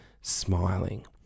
smiling